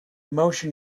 motion